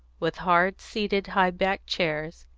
with hard-seated high-backed chairs,